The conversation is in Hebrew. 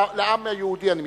לעם היהודי אני מתכוון,